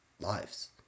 lives